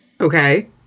Okay